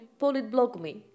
PolitBlogMe